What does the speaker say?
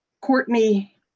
courtney